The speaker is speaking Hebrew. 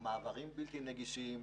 מעברים בלתי נגישים,